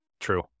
True